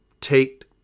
take